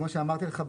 כמו שאמרתי לך,